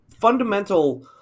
fundamental